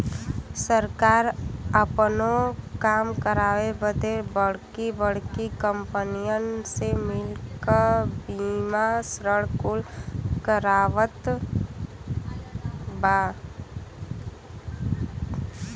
सरकार आपनो काम करावे बदे बड़की बड़्की कंपनीअन से मिल क बीमा ऋण कुल करवावत बा